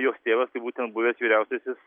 jos tėvas tai būtent buvęs vyriausiasis